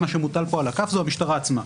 מה שמוטל פה על הכף זו המשטרה עצמה.